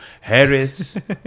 Harris